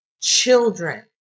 children